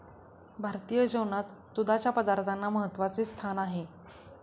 भारतीय जेवणात दुधाच्या पदार्थांना महत्त्वाचे स्थान आहे